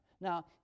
Now